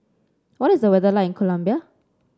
what is the weather like in Colombia